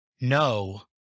no